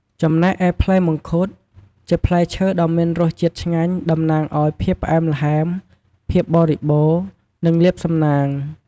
ចំណែកឯផ្លែមង្ឃុត ជាផ្លែឈើដ៏មានរសជាតិឆ្ងាញ់ តំណាងឲ្យ ភាពផ្អែមល្ហែម ភាពបរិបូណ៌ និងលាភសំណាង។